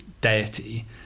deity